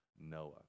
Noah